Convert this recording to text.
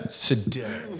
today